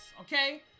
okay